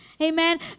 Amen